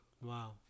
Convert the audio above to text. Wow